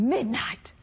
Midnight